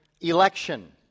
election